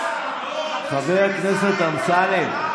חבר הכנסת אמסלם,